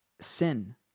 sin